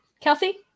kelsey